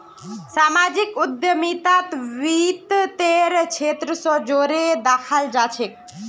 सामाजिक उद्यमिताक वित तेर क्षेत्र स जोरे दखाल जा छेक